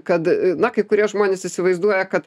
kad na kai kurie žmonės įsivaizduoja kad